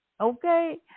Okay